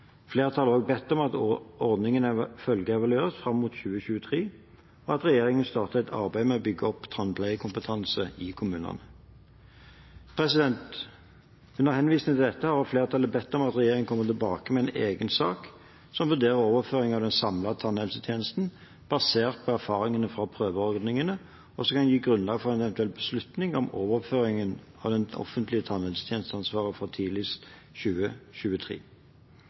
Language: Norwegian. Flertallet har også bedt om at ordningen følgeevalueres fram mot 2023, og at regjeringen starter et arbeid med å bygge opp tannpleiekompetanse i kommunene. Under henvisning til dette har flertallet bedt om at regjeringen kommer tilbake med en egen sak som vurderer overføring av den samlede tannhelsetjenesten basert på erfaringene fra prøveordningen, og som kan gi grunnlag for en eventuell beslutning om overføring av det offentlige tannhelsetjenesteansvaret fra tidligst i 2023.